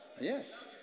yes